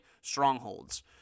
strongholds